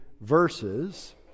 verses